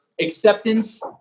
acceptance